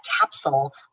capsule